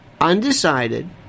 undecided